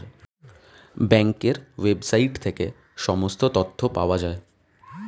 ব্যাঙ্কের ওয়েবসাইট থেকে সমস্ত তথ্য পাওয়া যায়